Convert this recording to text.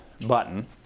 button